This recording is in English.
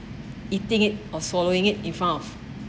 eating it or swallowing it in front of